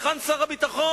היכן שר הביטחון,